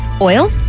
Oil